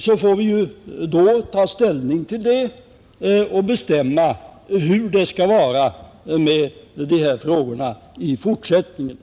Vi får då ta ställning till det och därvid bestämma hur vi skall ha det i fortsättningen när det gäller dessa frågor.